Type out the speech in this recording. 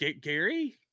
Gary